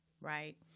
right